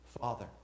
Father